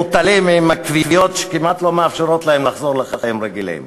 מוטלים עם הכוויות שכמעט לא מאפשרות להם לחזור לחיים רגילים.